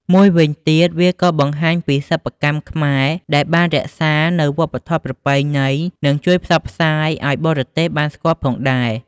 មួយវិញទៀត វាក៏បង្ហាញពីរសិប្បកម្មខ្មែរដែលបានរក្សានៅវប្បធម៌ប្រពៃណី និងជួយផ្សព្វផ្សាយឲ្យបរទេសបានស្គាល់ផងដែរ។